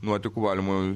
nuotekų valymo